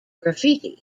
graffiti